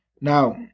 Now